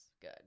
good